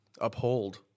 uphold